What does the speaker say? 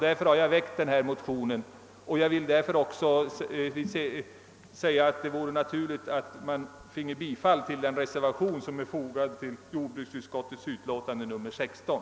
Därför har jag väckt min motion II: 1095, och det skulle också vara naturligt om kammaren ville bifalla den reservation som är fogad till jordbruksutskottets utlåtande nr 16.